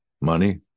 money